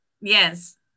Yes